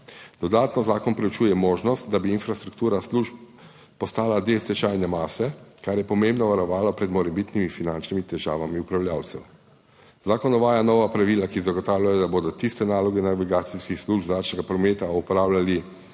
Dodatno zakon preučuje možnost, da bi infrastruktura služb postala del stečajne mase, kar je pomembno varovalo pred morebitnimi finančnimi težavami upravljavcev. Zakon uvaja nova pravila, ki zagotavljajo, da bodo tiste naloge navigacijskih služb zračnega prometa opravljali